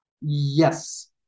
Yes